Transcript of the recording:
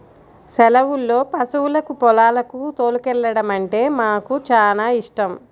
సెలవుల్లో పశువులను పొలాలకు తోలుకెల్లడమంటే నాకు చానా యిష్టం